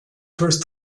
first